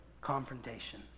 confrontation